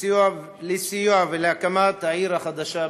לסיוע ולהקמת העיר החדשה בחריש.